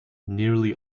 nearly